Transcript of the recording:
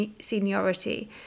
seniority